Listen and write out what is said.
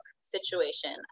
situation